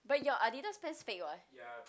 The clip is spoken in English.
but your Adidas pants fake [what]